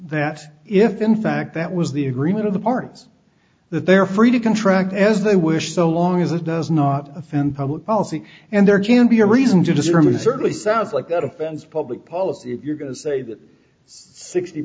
that if in fact that was the agreement of the parties that they are free to contract as they wish so long as it does not offend public policy and there can be a reason to discriminate certainly sounds like that offends public policy if you're going to say that sixty